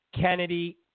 Kennedy